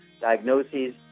diagnoses